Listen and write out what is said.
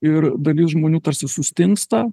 ir dalis žmonių tarsi sustingsta